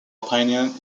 opinion